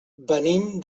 venim